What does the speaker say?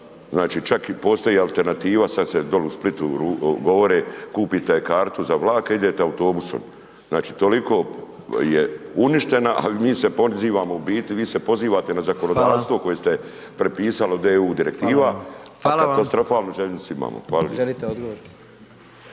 Znači čak i postoji alternativa, sad se dol u Splitu govore kupite kartu za vlak, a idete autobusom, znači toliko je uništena, a mi se ponizivamo u biti, vi se pozivate na zakonodavstvo …/Upadica: Hvala./… koje ste prepisali od EU direktiva …/Upadica: Hvala vam./… a